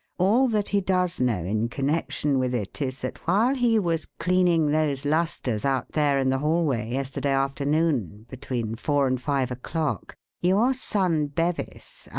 all that he does know in connection with it is that while he was cleaning those lustres out there in the hallway yesterday afternoon between four and five o'clock your son bevis,